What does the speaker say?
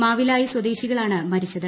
മാവിലായി സ്വദേശികളാണ് മരിച്ചത്